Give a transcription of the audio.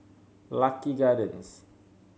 Lucky Gardens